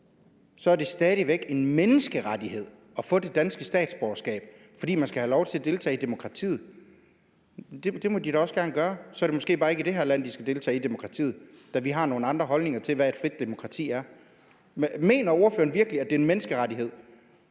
er det stadig væk en menneskerettighed at få et dansk statsborgerskab, fordi man skal have lov til at deltage i demokratiet. Det må de da også gerne gøre, men så er det måske bare ikke i det her land, de skal deltage i demokratiet, da vi har nogle andre holdninger til, hvad et frit demokrati er. Mener ordføreren virkelig, at det er en menneskerettighed